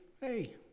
Hey